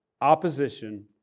opposition